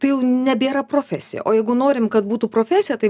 tai jau nebėra profesija o jeigu norim kad būtų profesija tai